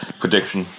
prediction